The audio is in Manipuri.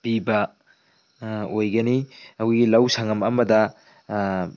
ꯄꯤꯕ ꯑꯣꯏꯒꯅꯤ ꯑꯩꯈꯣꯏꯒꯤ ꯂꯧ ꯁꯉꯝ ꯑꯃꯗ